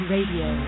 Radio